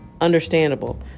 understandable